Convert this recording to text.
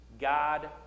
God